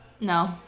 No